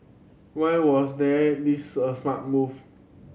why was they this a smart move